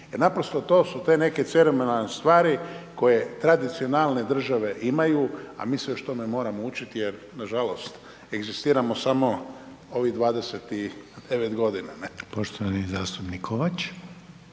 naprosto to su te neke ceremonalne stvari koje tradicionalne države imaju a mi se još tome moramo učiti jer nažalost egzistiramo samo ovih 29 godina. **Reiner, Željko